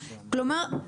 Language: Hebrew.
כלומר,